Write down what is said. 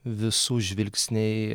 visų žvilgsniai